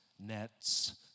nets